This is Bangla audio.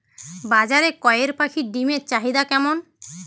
বাজারে কয়ের পাখীর ডিমের চাহিদা কেমন?